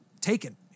taken